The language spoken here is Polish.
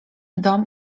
dom